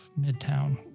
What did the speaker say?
Midtown